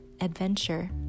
adventure